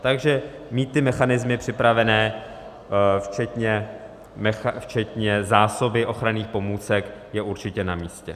Takže mít ty mechanismy připravené včetně zásoby ochranných pomůcek je určitě namístě.